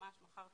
ממש מחר,